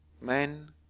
men